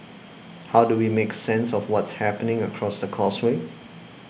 how do we make sense of what's happening across the causeway